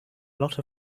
lot